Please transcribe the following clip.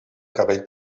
cabell